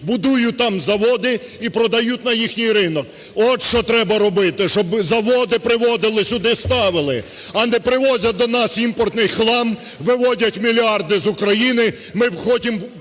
будують там заводи і продають на їхній ринок. От, що треба робити, щоб заводи приводили, сюди ставили, а не привозять до нас імпортний хлам, виводять мільярди з України,